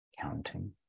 counting